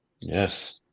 Yes